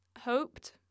hoped